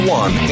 one